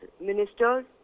ministers